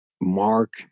mark